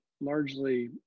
largely